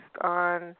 on